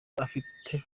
afite